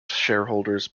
shareholders